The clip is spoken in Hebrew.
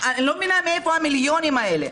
אני לא מבינה מאיפה המיליונים האלה.